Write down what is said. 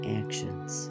actions